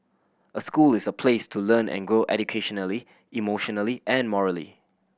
a school is a place to learn and grow educationally emotionally and morally